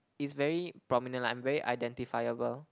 is very prominent lah I'm very identifiable